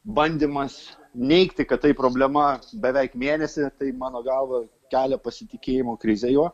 bandymas neigti kad tai problema beveik mėnesį tai mano galva kelia pasitikėjimo krizę juo